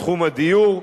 בתחום הדיור.